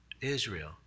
Israel